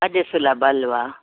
ಅದೆ ಸುಲಭ ಅಲ್ವಾ